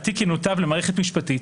התיק ינותב למערכת משפטית